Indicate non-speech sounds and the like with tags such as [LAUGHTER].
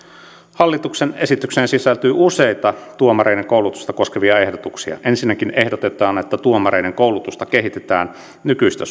hallituksen esitykseen sisältyy useita tuomareiden koulutusta koskevia ehdotuksia ensinnäkin ehdotetaan että tuomareiden koulutusta kehitetään nykyistä [UNINTELLIGIBLE]